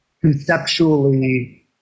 conceptually